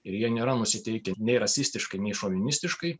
ir jie nėra nusiteikę nei rasistiškai nei šovinistiškai